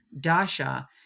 Dasha